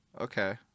okay